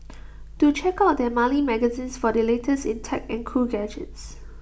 do check out their monthly magazine for the latest in tech and cool gadgets